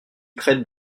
traitent